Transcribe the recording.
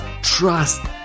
Trust